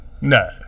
No